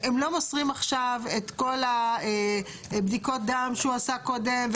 הם לא מוסרים עכשיו את כל הבדיקות דם שהוא עשה קודם.